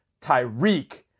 Tyreek